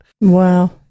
Wow